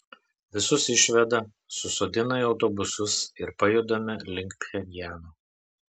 visus išveda susodina į autobusus ir pajudame link pchenjano